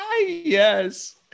Yes